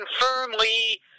firmly